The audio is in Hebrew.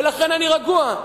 ולכן אני רגוע.